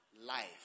life